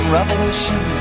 revolution